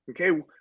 okay